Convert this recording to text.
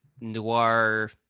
noir